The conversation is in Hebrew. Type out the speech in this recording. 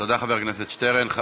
תודה, חבר הכנסת שטרן.